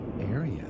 area